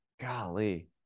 golly